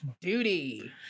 duty